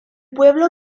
pueblo